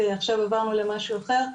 עכשיו עברנו למשהו אחר,